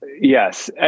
yes